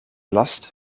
last